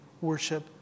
worship